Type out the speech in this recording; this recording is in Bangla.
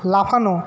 লাফানো